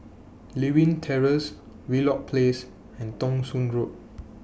Lewin Terrace Wheelock Place and Thong Soon Road